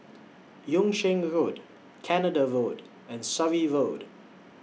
Yung Sheng Road Canada Road and Surrey Road